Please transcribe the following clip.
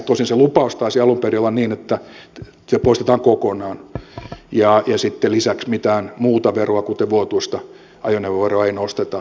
tosin se lupaus taisi alun perin olla niin että se poistetaan kokonaan ja sitten lisäksi mitään muuta veroa kuten vuotuista ajoneuvoveroa ei nosteta